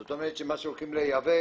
זאת אומרת שמה שהולכים לייבא